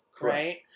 right